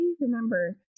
remember